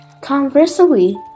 Conversely